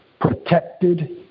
protected